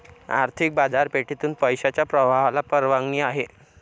आर्थिक बाजारपेठेतून पैशाच्या प्रवाहाला परवानगी आहे